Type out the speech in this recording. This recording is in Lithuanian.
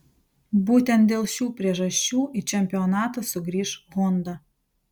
būtent dėl šių priežasčių į čempionatą sugrįš honda